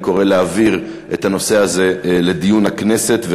אני קורא להעביר את הנושא הזה לדיון הכנסת,